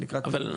מתי?